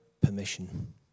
permission